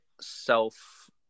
self